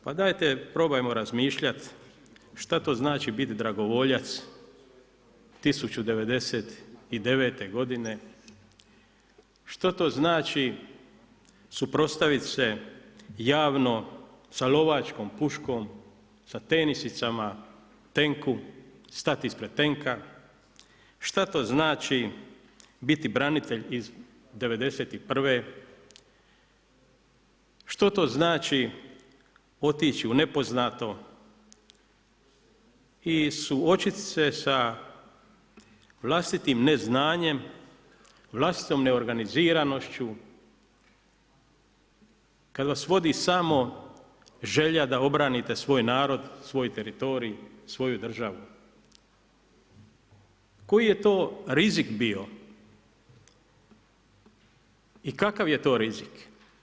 Pa dajte probajmo razmišljati što to znači biti dragovoljac 1999. godine, što to znači suprotstaviti se javno sa lovačkom puškom, sa tenisicama tenku, stati ispred tenka, što to znači biti branitelj iz 91.,što to znači otići u nepoznato i suočiti se sa vlastitim neznanjem, vlastitom neorganiziranošću kada vas vodi samo želja da obranite svoj narod, svoj teritorij, svoju državu, koji je to rizik bio i kakav je to rizik.